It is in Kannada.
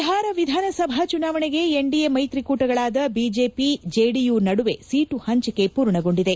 ಬಿಹಾರ ವಿಧಾನಸಭಾ ಚುನಾವಣೆಗೆ ಎನ್ಡಿಎ ಮೈತ್ರಿಕೂಟಗಳಾದ ಬಿಜೆಪಿ ಜೆಡಿಯು ನಡುವೆ ಒೀಟು ಹಂಚಿಕೆ ಪೂರ್ಣಗೊಂಡಿದೆ